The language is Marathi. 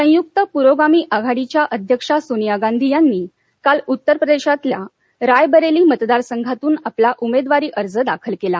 संयुक्त प्रोगामी आघाडीच्या अध्यक्षा सोनिया गांधी यांनी काल उत्तरप्रदेशातल्या रायबरेली मतदार संघातून आपला उमेदवारी अर्ज दाखल केला